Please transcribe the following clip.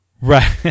Right